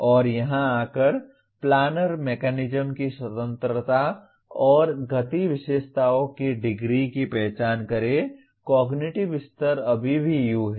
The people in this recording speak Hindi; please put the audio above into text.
और यहां आकर प्लानर मैकेनिज्म की स्वतंत्रता और गति विशेषताओं की डिग्री की पहचान करें कॉग्निटिव स्तर अभी भी U है